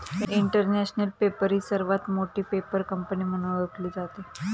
international Paper ही सर्वात मोठी पेपर कंपनी म्हणून ओळखली जाते